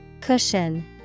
Cushion